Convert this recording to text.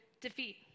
defeat